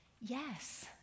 Yes